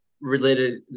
related